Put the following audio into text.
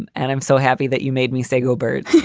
and and i'm so happy that you made me say go bird